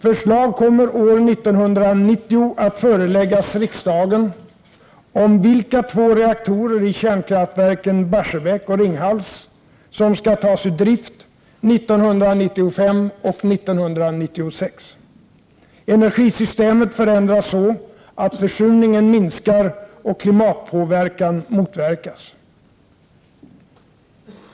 Förslag kommer år 1990 att föreläggas riksdagen om vilka två reaktorer i kärnkraftverken Barsebäck och Ringhals som skall tas ur drift 1995 och 1996. Energisystemet förändras så att försurningen minskar och klimatpåverkan motverkas.